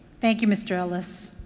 thank you, mr. ellis.